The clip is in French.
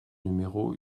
numéro